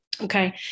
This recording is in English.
Okay